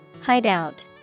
Hideout